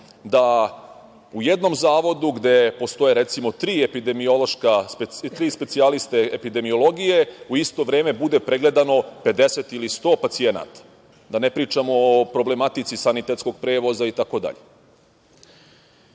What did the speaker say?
da u jednom zavodu gde postoje, recimo, tri specijaliste epidemiologije u isto vreme bude pregledano 50 ili 100 pacijenata, da ne pričamo o problematici sanitetskog prevoza